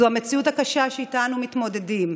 זו המציאות הקשה שאיתה אנחנו מתמודדים.